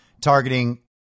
targeting